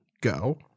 go